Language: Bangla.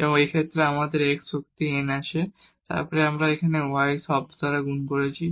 এবং এই ক্ষেত্রে আমাদের x পাওয়ার n আছে এবং তারপরে আমরা এখানে y টার্ম দ্বারা গুণ করেছি